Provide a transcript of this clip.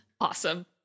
Awesome